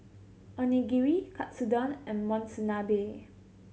Onigiri Katsudon and Monsunabe